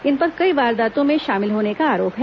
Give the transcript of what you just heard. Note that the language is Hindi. इन पर कई वारदातों में शामिल होने का आरोप है